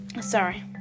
sorry